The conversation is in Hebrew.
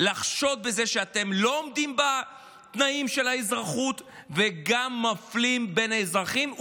לחשוד בזה שאתם לא עומדים בתנאים של האזרחות וגם מפלים בין האזרחים,